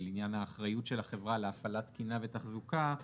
לעניין האחריות של החברה להפעלת תקינה ותחזוקה,